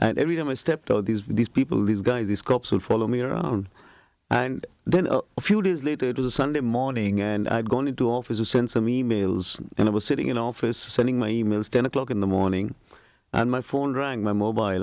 was every time i stepped all these these people these guys these cops would follow me around and then a few days later it was a sunday morning and i've gone into officer since some emails and i was sitting in the office sending my emails ten o'clock in the morning and my phone rang my mobile